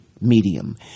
Medium